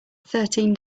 thirteen